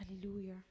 Hallelujah